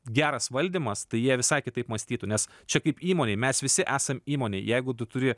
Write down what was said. geras valdymas tai jie visai kitaip mąstytų nes čia kaip įmonėj mes visi esam įmonėj jeigu tu turi